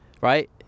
right